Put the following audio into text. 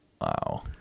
Wow